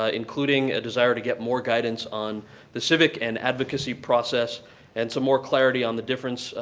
ah including a desire to get more guidance on the civic and advocacy process and some more clarity on the difference,